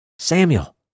Samuel